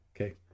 Okay